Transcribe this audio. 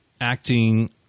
acting